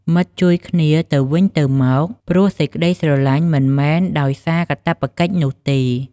មិត្តជួយគ្នាទៅវិញទៅមកព្រោះសេចក្ដីស្រលាញ់មិនមែនដោយសារកាតព្វកិច្ចនោះទេ។